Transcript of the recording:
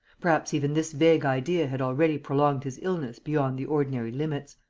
perhaps even this vague idea had already prolonged his illness beyond the ordinary limits.